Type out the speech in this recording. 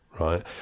right